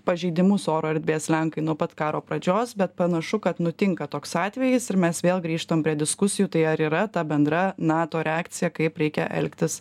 pažeidimus oro erdvės lenkai nuo pat karo pradžios bet panašu kad nutinka toks atvejis ir mes vėl grįžtam prie diskusijų tai ar yra ta bendra nato reakcija kaip reikia elgtis